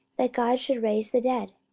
that god should raise the dead?